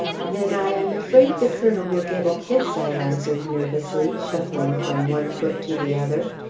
then i am afraid the colonel will get a kiss, i answered nervously, shuffling from one foot to the other.